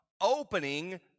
opening